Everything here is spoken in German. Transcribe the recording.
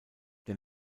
der